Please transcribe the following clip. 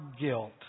guilt